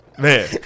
Man